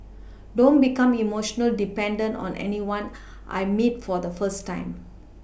don't become emotionally dependent on anyone I meet for the first time